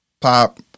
pop